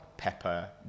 pepper